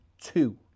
two